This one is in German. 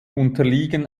unterliegen